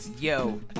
yo